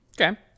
Okay